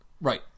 Right